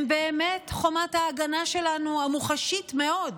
הם באמת חומת ההגנה שלנו, המוחשית מאוד,